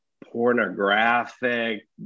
pornographic